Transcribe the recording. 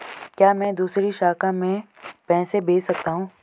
क्या मैं दूसरी शाखा में पैसे भेज सकता हूँ?